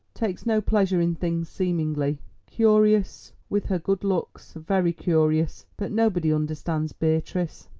takes no pleasure in things seemingly curious, with her good looks very curious. but nobody understands beatrice.